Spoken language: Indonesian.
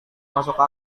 masuk